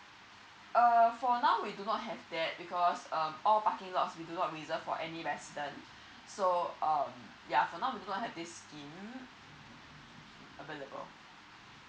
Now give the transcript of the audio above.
err for now we do not have that because um all parking lot we do not reserved for any resident so um yeah for now we do not have this scheme available